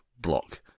block